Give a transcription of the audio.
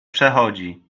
przechodzi